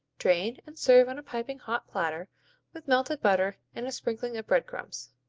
drain and serve on a piping hot platter with melted butter and a sprinkling of bread crumbs.